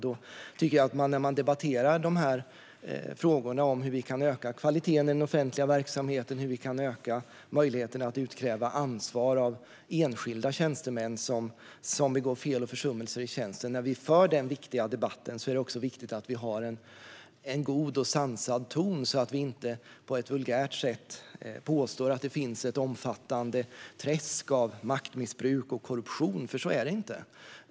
Då tycker jag att det är viktigt att vi har en god och sansad ton när vi för den viktiga debatten om hur vi kan öka kvaliteten i den offentliga verksamheten och hur vi kan öka möjligheten att utkräva ansvar av enskilda tjänstemän som begår fel och försummelser i tjänsten så att vi inte på ett vulgärt sätt påstår att det finns ett omfattande träsk av maktmissbruk och korruption, för så är det inte.